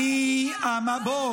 אתם אופוזיציה למדינה.